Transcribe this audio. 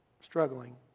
struggling